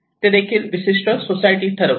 हे ते देखील विशिष्ट सोसायटी ठरवते